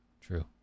True